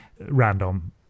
random